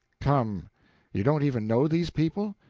come you don't even know these people?